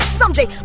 someday